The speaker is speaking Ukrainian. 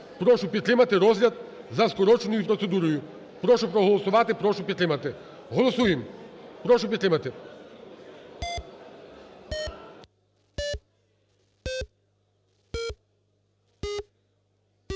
Прошу підтримати розгляд за скороченою процедурою. Прошу проголосувати, прошу підтримати. Голосуємо, прошу підтримати.